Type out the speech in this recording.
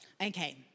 okay